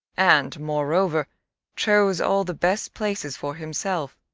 and moreover chose all the best places for himself.